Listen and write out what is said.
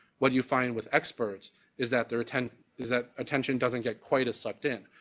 what do you find with experts is that their atten is that attention doesn't get quite sucked in.